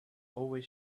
always